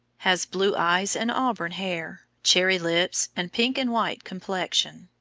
has blue eyes and auburn hair, cherry lips, and pink-and-white complexion.